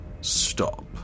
stop